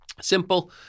Simple